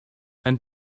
and